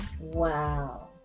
Wow